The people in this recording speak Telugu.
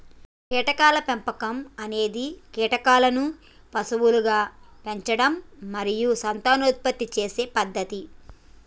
కీటకాల పెంపకం అనేది కీటకాలను పశువులుగా పెంచడం మరియు సంతానోత్పత్తి చేసే పద్ధతి